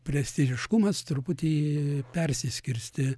prestižiškumas truputį persiskirstė